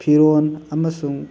ꯐꯤꯔꯣꯟ ꯑꯃꯁꯨꯡ